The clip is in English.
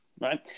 right